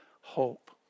hope